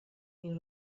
این